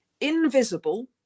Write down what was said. invisible